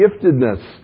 giftedness